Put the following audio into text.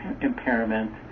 impairment